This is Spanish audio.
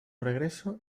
regreso